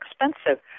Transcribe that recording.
expensive